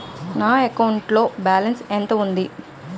నా అకౌంట్ లో బాలన్స్ ఎంత ఉంది?